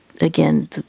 Again